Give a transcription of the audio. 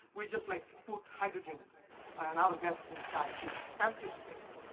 we just like put hydrogen and other gases inside this empty space.